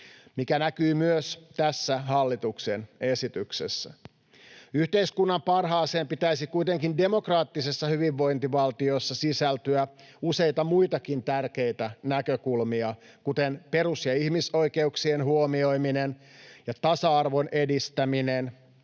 mikä näkyy myös tässä hallituksen esityksessä. Yhteiskunnan parhaaseen pitäisi kuitenkin demokraattisessa hyvinvointivaltiossa sisältyä useita muitakin tärkeitä näkökulmia, kuten perus- ja ihmisoikeuksien huomioiminen ja tasa-arvon edistäminen,